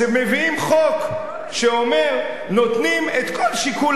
כשמביאים חוק שאומר שנותנים את כל שיקול